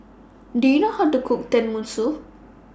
Do YOU know How to Cook Tenmusu